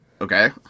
okay